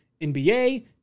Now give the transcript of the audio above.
NBA